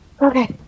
Okay